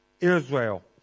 Israel